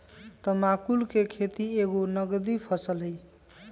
तमाकुल कें खेति एगो नगदी फसल हइ